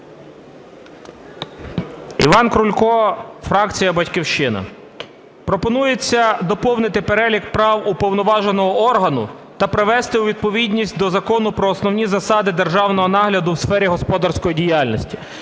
Іван Крулько, фракція "Батьківщина". Пропонується доповнити перелік прав уповноваженого органу та привести у відповідність до Закону "Про основні засади державного нагляду у сфері господарської діяльності".